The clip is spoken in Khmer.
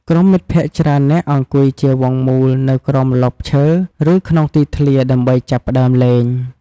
ក្រុមមិត្តភក្តិច្រើននាក់អង្គុយជាវង់មូលនៅក្រោមម្លប់ឈើ ឬក្នុងទីធ្លា ដើម្បីចាប់ផ្ដើមលេង។